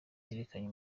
yerekanye